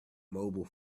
mobile